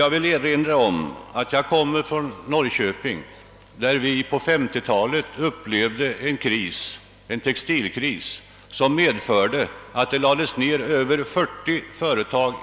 Jag kan erinra om att jag kommer från Norrköping, där vi på 1950-talet upplevde en textilkris som medförde att det nedlades över 40 företag.